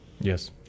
Yes